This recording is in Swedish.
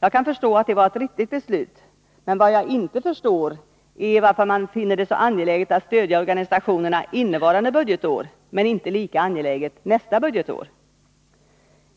Jag anser att det var ett riktigt beslut, men vad jag inte förstår är varför man finner det så angeläget att stödja organisationerna innevarande budgetår men inte lika angeläget nästa budgetår.